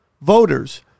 voters